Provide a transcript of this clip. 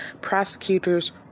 prosecutors